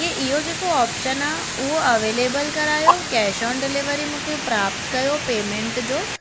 की इहो जेको ऑप्शन आहे उहो अवेलेबल करायो कैश ऑन डिलीवरी मूंखे प्राप्त कयो पेमेंट जो